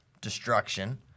destruction